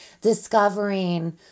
discovering